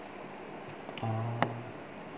oh